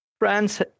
France